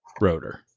rotor